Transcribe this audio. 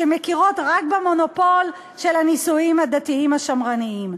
שמכירות רק במונופול של הנישואים הדתיים השמרניים?